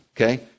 Okay